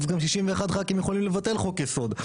אז גם 61 ח"כים יכולים לבטל חוק יסוד.